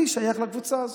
אני שייך לקבוצה הזו.